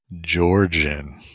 georgian